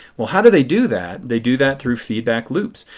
well how do they do that? they do that through feedback loops.